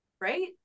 Right